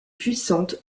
puissantes